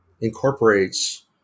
incorporates